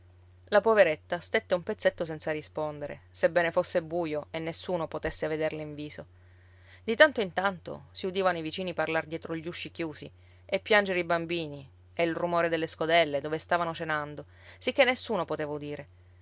la poveretta stette un pezzetto senza rispondere sebbene fosse buio e nessuno potesse vederla in viso di tanto in tanto si udivano i vicini parlar dietro gli usci chiusi e piangere i bambini e il rumore delle scodelle dove stavano cenando sicché nessuno poteva udire